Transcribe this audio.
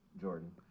Jordan